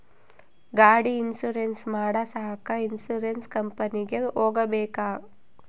ಗಾಡಿ ಇನ್ಸುರೆನ್ಸ್ ಮಾಡಸಾಕ ಇನ್ಸುರೆನ್ಸ್ ಕಂಪನಿಗೆ ಹೋಗಬೇಕಾ?